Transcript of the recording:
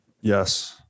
Yes